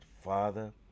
Father